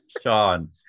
Sean